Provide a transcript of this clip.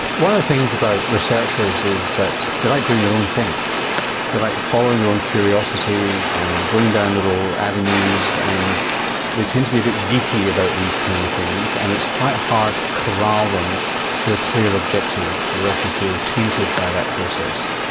one of the things about researchers is that they like doing their own thing, they like following their own curiosity and going down little avenues and they tend to be a bit geeky about these kind of things and it's quite hard to corral them to a clear objective, they often feel tainted by that process.